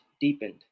deepened